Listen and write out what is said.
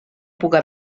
puga